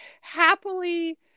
happily